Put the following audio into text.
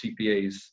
cpas